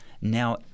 now